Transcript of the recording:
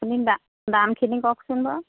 আপুনি দা দামখিনি কওকচোন বাৰু